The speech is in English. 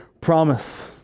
promise